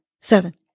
seven